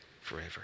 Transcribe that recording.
forever